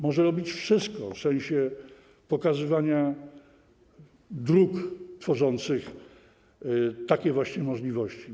Może robić wszystko w sensie pokazywania dróg tworzących takie właśnie możliwości.